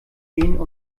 gehen